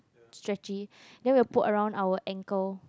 stretchy then will put around our ankle